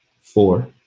Four